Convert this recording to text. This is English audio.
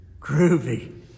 Groovy